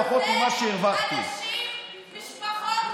פשוט חוצפה.